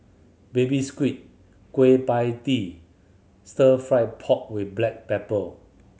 Baby Squid Kueh Pie Tee Stir Fry pork with black pepper